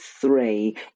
three